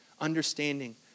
understanding